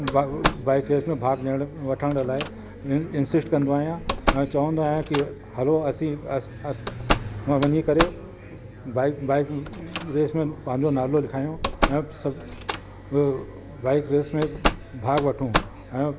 ब bike race में भाॻु ॾियण वठण लाइ इं इंसिस्ट कंदो आहियां ऐं चवंदो आहियां कि हलो असीं असीं वञी करे बाइक बाइक रेस में पंहिंजो नालो लिखायूं ऐं सभु बाइक रेस में भाॻु वठूं ऐं